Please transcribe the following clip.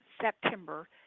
September